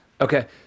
Okay